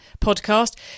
podcast